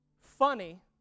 funny